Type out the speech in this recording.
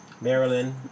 Maryland